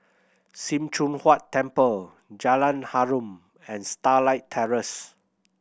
Sim Choon Huat Temple Jalan Harum and Starlight Terrace